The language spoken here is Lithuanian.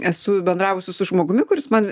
esu bendravusi su žmogumi kuris man